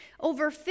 Over